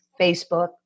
Facebook